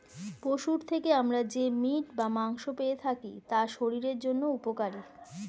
পশুর থেকে আমরা যে মিট বা মাংস পেয়ে থাকি তা শরীরের জন্য উপকারী